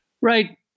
Right